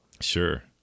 Sure